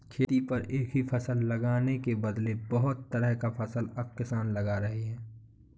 खेती पर एक ही फसल लगाने के बदले बहुत तरह का फसल अब किसान लगा रहे हैं